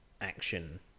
action